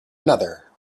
another